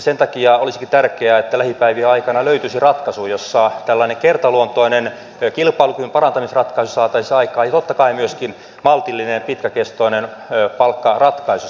sen takia olisikin tärkeää että lähipäivien aikana löytyisi ratkaisu jossa tällainen kertaluontoinen kilpailukyvyn parantamisratkaisu saataisiin aikaan ja totta kai myöskin maltillinen ja pitkäkestoinen palkkaratkaisu